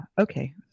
okay